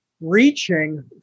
reaching